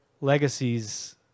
legacies